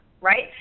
right